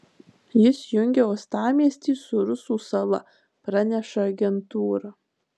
jis jungia uostamiestį su rusų sala praneša agentūra